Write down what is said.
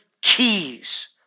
keys